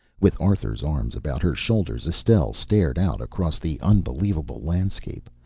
with arthur's arms about her shoulders, estelle stared out across the unbelievable landscape,